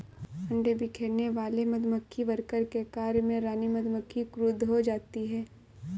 अंडे बिखेरने वाले मधुमक्खी वर्कर के कार्य से रानी मधुमक्खी क्रुद्ध हो जाती है